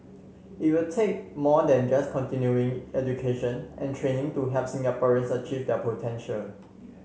it will take more than just continuing education and training to help Singaporeans achieve their potential